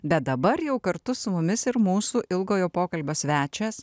bet dabar jau kartu su mumis ir mūsų ilgojo pokalbio svečias